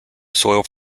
soil